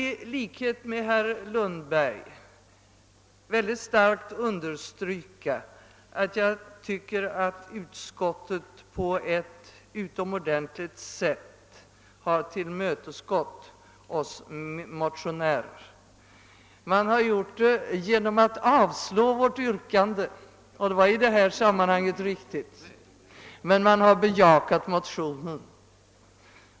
I likhet med herr Lundberg vill jag starkt understryka att utskottet enligt min mening på ett utomordentligt sätt tillmötesgått oss motionärer. Man har gjort detta genom att avstyrka vårt yrkande, vilket i detta sammanhang är riktigt. Men man har bejakat motionen.